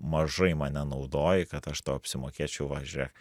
mažai mane naudoji kad aš tau apsimokėčiau va žiūrėk